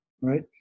right